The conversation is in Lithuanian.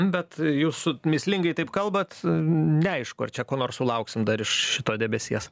bet jūs mįslingai taip kalbat neaišku ar čia ko nors sulauksim dar iš šito debesies